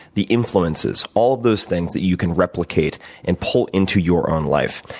the influences, all those things that you can replicate and pull into your own life.